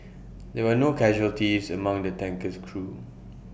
there were no casualties among the tanker's crew